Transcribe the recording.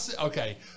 Okay